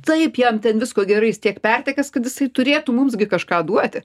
taip jam ten visko gerai jis tiek pertekęs kad jisai turėtų mums gi kažką duoti